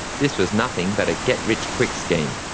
this was nothing but a get rich quick scheme.